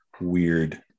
weird